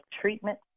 treatment